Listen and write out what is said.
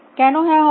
কেন হ্যাঁ হবে